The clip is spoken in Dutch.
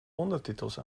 ondertitels